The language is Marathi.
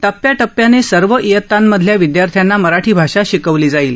टप्प्याटप्प्यानं सर्व इयतांमधल्या विद्यार्थ्याना मराठी भाषा शिकवली जाईल